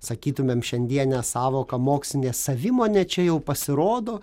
sakytumėm šiandiene sąvoka mokslinė savimonė čia jau pasirodo